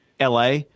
la